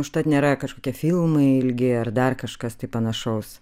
užtat nėra kažkokie filmai ilgi ar dar kažkas tai panašaus